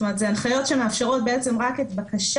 זאת אומרת, אלה הנחיות שמאפשרות בעצם רק את בקשת